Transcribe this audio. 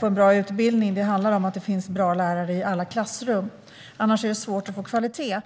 få en bra utbildning är att det finns bra lärare i alla klassrum. Annars är det svårt att få kvalitet.